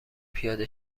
پیاده